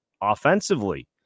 offensively